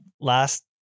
Last